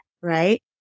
right